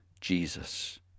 Jesus